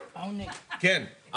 לא, להיפך, מחברים נקודות.